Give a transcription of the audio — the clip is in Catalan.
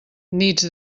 nits